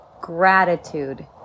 Gratitude